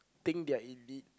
think they're indeed